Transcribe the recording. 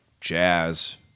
jazz